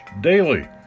Daily